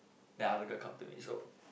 that other girl come to me so